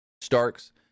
Starks